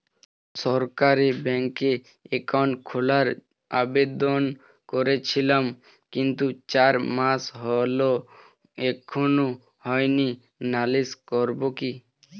সরকারি ব্যাংকে একাউন্ট খোলার আবেদন করেছিলাম কিন্তু চার মাস হল এখনো হয়নি নালিশ করব কি?